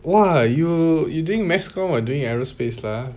!wah! you you drink mexico while doing aerospace lah